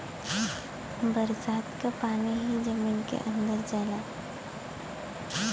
बरसात क पानी ही जमीन के अंदर जाला